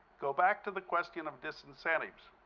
go back to the question of disincentive.